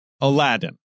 Aladdin